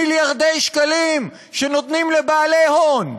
מיליארדי שקלים שנותנים לבעלי הון,